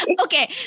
Okay